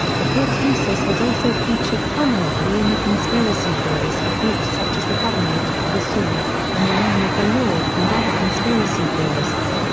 the book's thesis has also featured prominently in the conspiracy theories of groups such as the covenant, the sword, and the arm of the lord and other conspiracy theorists.